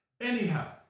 Anyhow